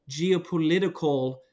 geopolitical